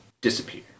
disappear